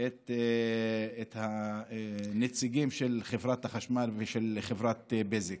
את הנציגים של חברת החשמל ושל חברת בזק.